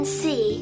see